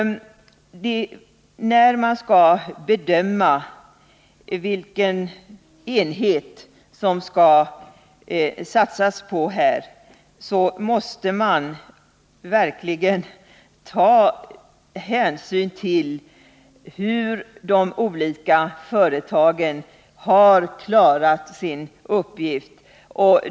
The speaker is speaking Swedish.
När man skall bedöma vilken enhet man skall satsa på måste man verkligen ta hänsyn till hur de olika företagen har klarat sin uppgift.